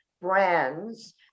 brands